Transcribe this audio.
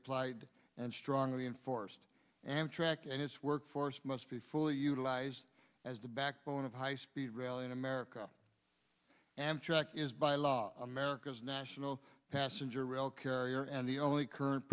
applied and strongly enforced and track and its workforce must be fully utilized as the backbone of high speed rail in america amtrak is by law america's national passenger rail carrier and the only current